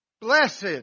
Blessed